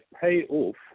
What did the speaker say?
payoff